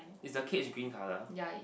is the cage green colour